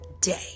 day